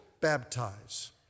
baptize